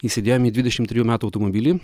įsidėjom į dvidešimt trijų metų automobilį